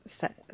set